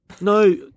No